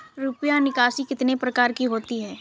रुपया निकासी कितनी प्रकार की होती है?